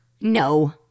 No